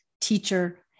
teacher